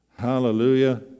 Hallelujah